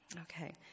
Okay